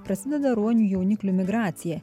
prasideda ruonių jauniklių migracija